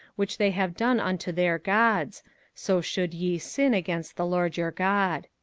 which they have done unto their gods so should ye sin against the lord your god.